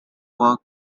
work